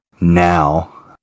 now